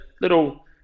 little